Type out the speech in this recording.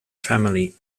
family